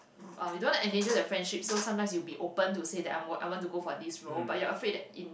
uh we don't want to endanger the friendship so sometimes you'll be open to say that I'm I want to go for this role but you're afraid that in